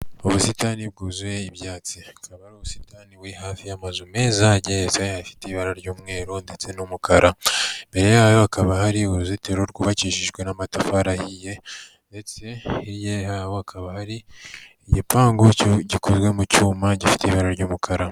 Ubusitani bwuzuye ibyatsi akaba ari ubusitani buri hafi y'amazu meza agezweho afite ibara ry'umweru ndetse n'umukara imbere yayo hakaba hari uruzitiro rwubakishijwe n'amatafari ahiye ndetse hakaba hari igipangu gikozwe mu cyuma gifite ibara ry'umukara.